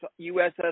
USS